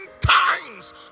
times